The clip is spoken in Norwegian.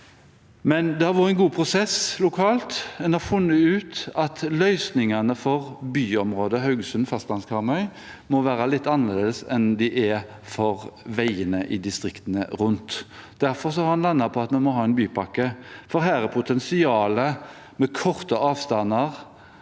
år. Det har vært en god prosess lokalt. En har funnet ut at løsningene for byområdet Haugesund og fastlandsKarmøy må være litt annerledes enn de er for veiene i distriktene rundt. Derfor har en landet på at vi må ha en bypakke, for med korte avstander,